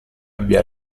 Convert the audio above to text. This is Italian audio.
abbia